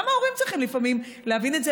גם ההורים צריכים לפעמים להבין את זה,